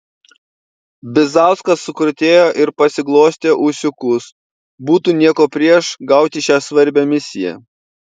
bizauskas sukrutėjo ir pasiglostė ūsiukus būtų nieko prieš gauti šią svarbią misiją